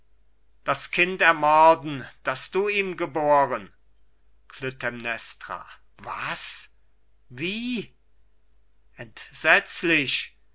das kind ermorden das du ihm geboren klytämnestra was wie entsetzlich